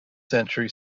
century